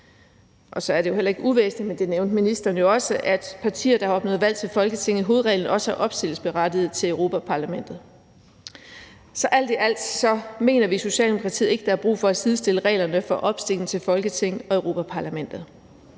Så er det heller ikke uvæsentligt, og det nævnte ministeren også, at partier, der har opnået valg til Folketinget, i hovedreglen også er opstillingsberettiget til Europa-Parlamentet. Så alt i alt mener vi i Socialdemokratiet ikke, der er brug for at sidestille reglerne for opstilling til Folketinget og Europa-Parlamentet.